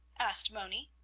asked moni.